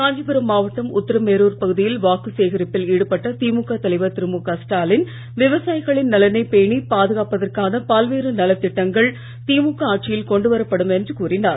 காஞ்சிபுரம் மாவட்டம் உத்தரமேருர் பகுதியில் வாக்கு சேகரிப்பில் ஈடுபட்ட திமுக தலைவர் திரு முக ஸ்டாலின் விவசாயிகளின் நலனை பேணி பாதுகாப்பதற்கான பல்வேறு நலத் திட்டங்கள் திமுக ஆட்சியில் கொண்டு வரப்படும் என்று கூறினார்